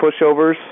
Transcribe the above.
pushovers